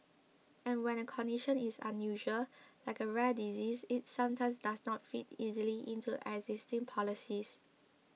and when a condition is unusual like a rare disease it sometimes does not fit easily into existing policies